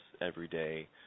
everyday